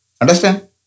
Understand